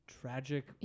tragic